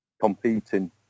competing